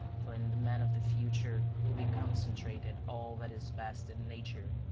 for in the man of the future will be concentrated all that is best in nature,